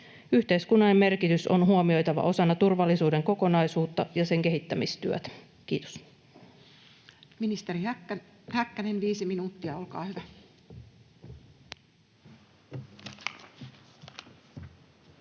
Yhteiskunnallinen merkitys on huomioitava osana turvallisuuden kokonaisuutta ja sen kehittämistyötä. — Kiitos.